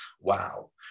Wow